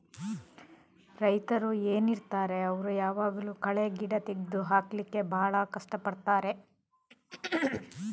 ರೈತರು ಏನಿರ್ತಾರೆ ಅವ್ರು ಯಾವಾಗ್ಲೂ ಕಳೆ ಗಿಡ ತೆಗ್ದು ಹಾಕ್ಲಿಕ್ಕೆ ಭಾಳ ಕಷ್ಟ ಪಡ್ತಾರೆ